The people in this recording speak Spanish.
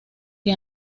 que